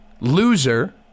loser